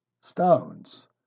stones